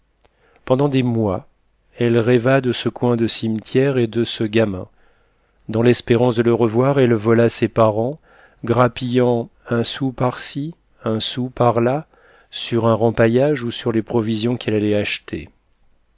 pendant des mois elle rêva de ce coin de cimetière et de ce gamin dans l'espérance de le revoir elle vola ses parents grappillant un sou par-ci un sou par-là sur un rempaillage ou sur les provisions qu'elle allait acheter